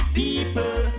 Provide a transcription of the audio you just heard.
people